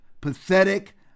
Pathetic